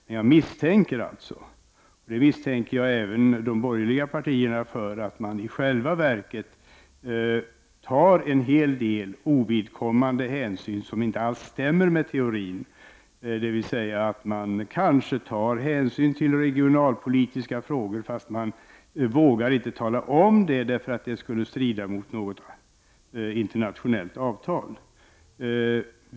Men jag misstänker att socialdemokraterna — jag misstänker även de borgerliga partierna för detta — i själva verket tar en hel del ovidkommande hänsyn som inte alls stämmer med teorin, dvs. att man kanske tar hänsyn till regionalpolitiska frågor men att man inte vågar tala om det eftersom det skulle strida mot något internationellt avtal.